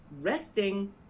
resting